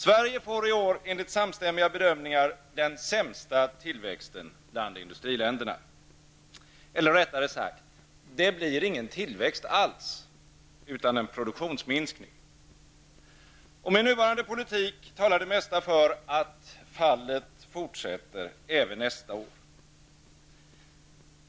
Sverige får i år enligt samstämmiga bedömningar den sämsta tillväxten bland industriländerna. Eller rättare sagt: Det blir ingen tillväxt alls, utan en produktionsminskning. Med nuvarande politik talar det mesta för att fallet fortsätter även nästa år.